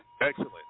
Excellent